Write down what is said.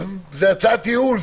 זו הצעת ייעול.